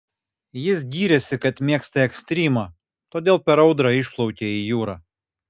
jis gyrėsi kad mėgsta ekstrymą todėl per audrą išplaukė į jūrą